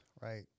Right